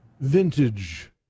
vintage